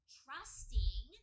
trusting